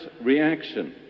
reaction